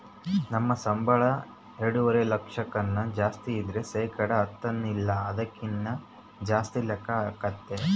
ನಮ್ ಸಂಬುಳ ಎಲ್ಡುವರೆ ಲಕ್ಷಕ್ಕುನ್ನ ಜಾಸ್ತಿ ಇದ್ರ ಶೇಕಡ ಹತ್ತನ ಇಲ್ಲ ಅದಕ್ಕಿನ್ನ ಜಾಸ್ತಿ ಲೆಕ್ಕ ಆತತೆ